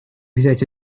взять